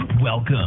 Welcome